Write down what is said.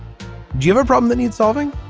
give a problem that needs solving.